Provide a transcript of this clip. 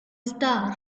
star